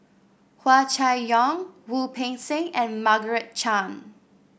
Hua Chai Yong Wu Peng Seng and Margaret Chan